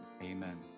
Amen